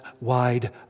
wide